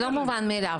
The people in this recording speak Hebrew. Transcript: זה לא מובן מאליו.